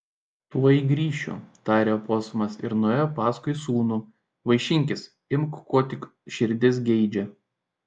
tuoj grįšiu tarė oposumas ir nuėjo paskui sūnų vaišinkis imk ko tik širdis geidžia